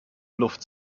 luft